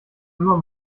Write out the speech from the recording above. immer